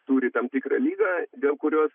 turi tam tikrą ligą dėl kurios